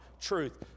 truth